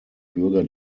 bürger